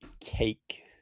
Cake